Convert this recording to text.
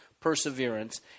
perseverance